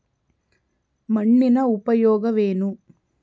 ಮಣ್ಣಿನ ಉಪಯೋಗವೇನು?